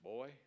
Boy